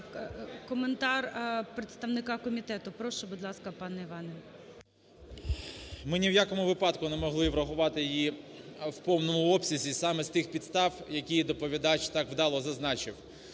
Коментар представника комітету. Прошу, будь ласка, пан Іван. 17:10:58 ВІННИК І.Ю. Ми ні в якому випадку не могли врахувати її в повному обсязі саме з тих підстав, які доповідач так вдало зазначив.